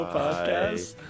podcast